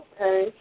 okay